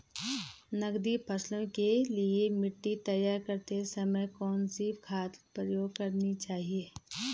नकदी फसलों के लिए मिट्टी तैयार करते समय कौन सी खाद प्रयोग करनी चाहिए?